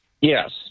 Yes